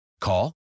Call